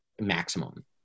maximum